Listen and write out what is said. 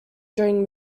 during